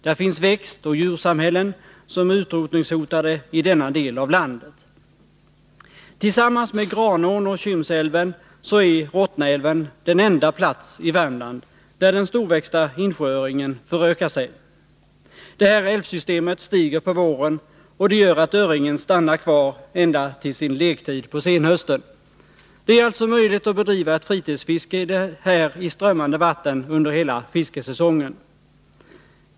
Där finns växtoch djursamhällen som är utrotningshotade i denna del av landet. Tillsammans med Granån och Kymsälven så är Rottnaälven den enda plats i Värmland där den storväxta insjööringen förökar sig. Det här älvsystemet stiger på våren, och det gör att öringen stannar kvar ända till sin lektid på senhösten. Det är alltså möjligt att bedriva ett fritidsfiske här i strömmande vatten under hela fiskesäsongen.